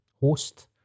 host